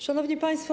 Szanowni Państwo!